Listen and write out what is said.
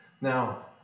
Now